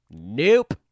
nope